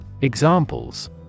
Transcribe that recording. Examples